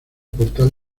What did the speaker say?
portal